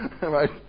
right